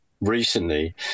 recently